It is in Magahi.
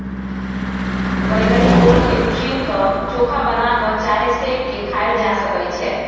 बइगनी ओल के उसीन क, चोखा बना कऽ चाहे सेंक के खायल जा सकइ छै